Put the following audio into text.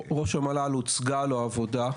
ראש המל"ל הוצגה לו העבודה,